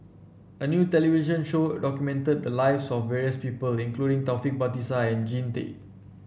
a new television show documented the lives of various people including Taufik Batisah and Jean Tay